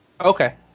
Okay